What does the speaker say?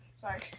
Sorry